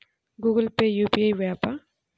Google Pay UPI య్యాపా?